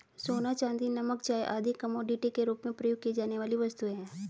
सोना, चांदी, नमक, चाय आदि कमोडिटी के रूप में प्रयोग की जाने वाली वस्तुएँ हैं